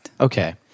Okay